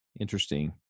Interesting